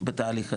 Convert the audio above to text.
בתהליך הזה,